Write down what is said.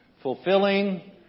Fulfilling